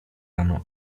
rano